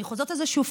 אני חוזרת על זה שוב.